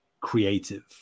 creative